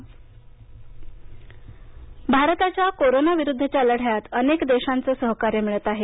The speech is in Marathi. परदेश मदत भारताच्या कोरोन विरुद्धच्या लढ्यात अनेक देशांचं सहकार्य मिळत आहे